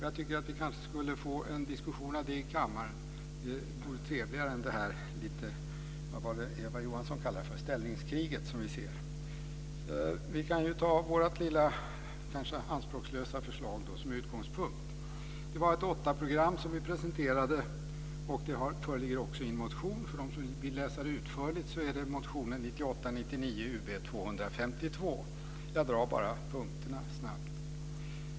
Jag tycker att vi borde få en diskussion om det i kammaren. Det vore trevligare än det här ställningskriget, som Eva Johansson kallade det för. Vi kan kanske ta vårt lilla anspråkslösa förslag som utgångspunkt. Det var ett åttapunktsprogram som vi presenterade. Det finns också i en motion för dem som vill läsa det utförligt. Det är motion 1998/99:Ub252. Jag ska bara dra punkterna snabbt.